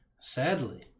Sadly